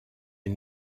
est